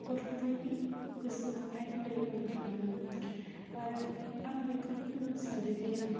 गथ'फोरनि गोसोखौहाय लोरबां खालामो आरो आं बेखौनो बुंनो सानो जे